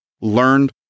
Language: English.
learned